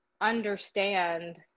understand